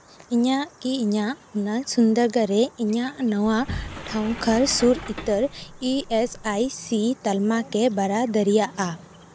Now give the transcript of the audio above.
ᱤᱧ ᱠᱤ ᱤᱧᱟᱹᱜ ᱦᱚᱱᱚᱛ ᱥᱩᱱᱫᱚᱨᱜᱚᱲ ᱨᱮ ᱤᱧᱟᱹᱜ ᱱᱟᱦᱟᱜ ᱴᱷᱟᱶ ᱠᱷᱚᱱ ᱥᱩᱨ ᱩᱛᱟᱹᱨ ᱤ ᱮᱥ ᱟᱭ ᱥᱤ ᱛᱟᱞᱢᱟ ᱠᱚ ᱵᱟᱲᱟᱭ ᱫᱟᱲᱮᱭᱟᱜᱼᱟ